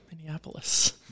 Minneapolis